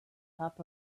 top